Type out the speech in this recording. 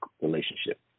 relationship